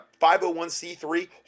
501c3